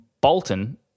Bolton